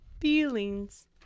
Feelings